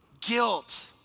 guilt